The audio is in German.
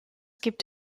gibt